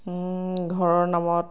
ঘৰৰ নামত